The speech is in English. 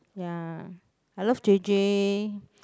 ya I love j_j